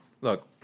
Look